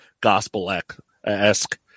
gospel-esque